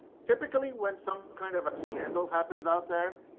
typically when some kind of a scandal happens out there,